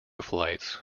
flights